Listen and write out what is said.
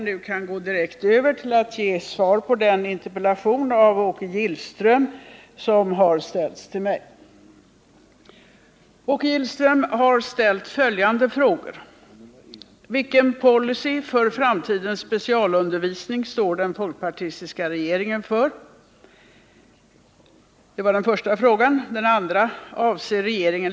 Det gäller att bygga upp de ämneskunskaper som behövs för att fungera i det dagliga livet i vårt komplicerade samhälle. Herr talman!